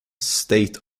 state